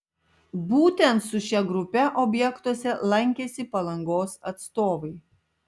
būtent su šia grupe objektuose lankėsi palangos atstovai